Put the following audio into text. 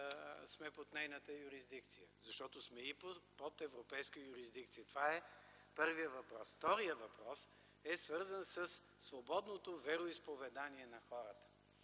сме под нейната юрисдикция, защото сме и под европейска юрисдикция. Това е първият въпрос. Вторият въпрос е свързан със свободното вероизповедание на хората.